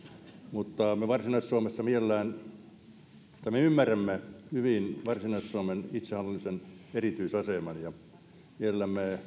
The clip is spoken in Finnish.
mutta me varsinais suomessa ymmärrämme hyvin ahvenanmaan itsehallinnollisen erityisaseman ja mielellämme